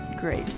great